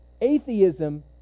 Atheism